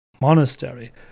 monastery